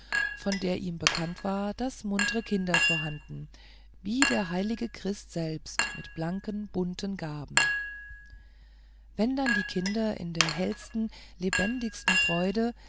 von der ihm bekannt war daß muntre kinder vorhanden wie der heilige christ selbst mit blanken bunten gaben wenn dann die kinder in der hellsten lebendigsten freude